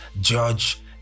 George